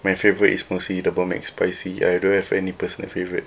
my favourite is mostly double mac spicy I don't have any personal favourite